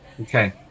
okay